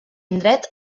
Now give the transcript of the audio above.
indret